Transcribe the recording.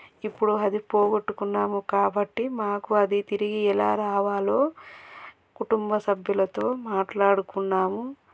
ఇప్పుడు అది పోగొట్టుకున్నాము కాబట్టి మాకు అది తిరిగి ఎలా రావాలో కుటుంబ సభ్యులతో మాట్లాడుకున్నాము